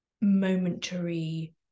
momentary